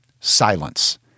Silence